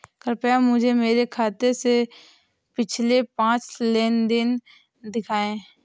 कृपया मुझे मेरे खाते से पिछले पांच लेन देन दिखाएं